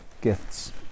gifts